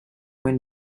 when